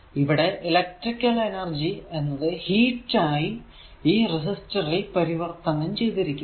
ഇവിടെ electrical energy എന്നത് heat ആയി ഈ റെസിസ്റ്റർ ൽ പരിവർത്തനം ചെയ്തിരിക്കുന്നു